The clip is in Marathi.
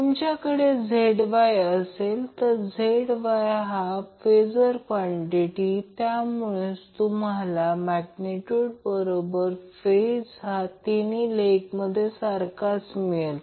तुमच्याकडे ZYअसेल तर ZYहा फेजर कॉन्टिटी त्यामुळेच तुम्हाला मॅग्नेट्यूड बरोबर फेज हा तिन्ही लेगमध्ये सारखाच मिळेल